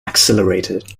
accelerated